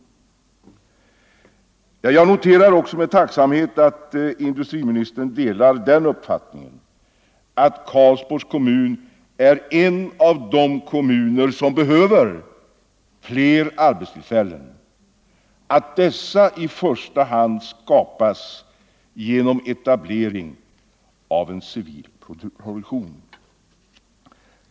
Med tacksamhet noterar jag också att industriministern delar uppfattningen att Karlsborgs kommun är en av de kommuner som behöver fler arbetstillfällen och att dessa i första hand skall skapas genom eta blering av en civil produktion.